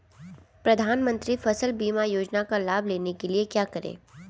प्रधानमंत्री फसल बीमा योजना का लाभ लेने के लिए क्या करें?